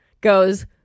goes